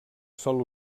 sol